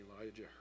Elijah